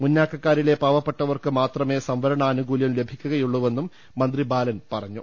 മുന്നാക്കക്കാരിലെ പാവപ്പെട്ടവർക്ക് മാത്രമേ സംവരണ ആനുകൂല്യം ലഭിക്കുകയുള്ളൂവെന്നും മന്ത്രി ബാലൻ പറഞ്ഞു